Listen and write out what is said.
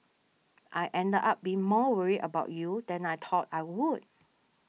I ended up being more worried about you than I thought I would